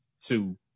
two